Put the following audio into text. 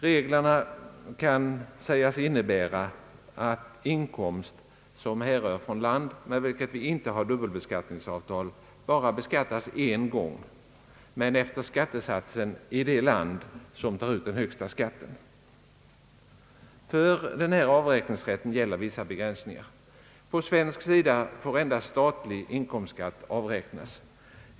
Reglerna kan sägas innebära att inkomst som härrör från land med vilket vi inte har dubbelbeskattningsavtal bara beskattas en gång men efter skattesatsen i det land som tar ut den högsta skatten. För avräkningsrätten gäller vissa begränsningar. På svensk sida får endast statlig inkomstskatt avräknas.